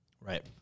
Right